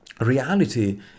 reality